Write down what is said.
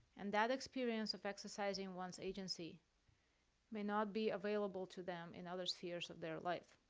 and that experience of exercising one's agency may not be available to them in other spheres of their life,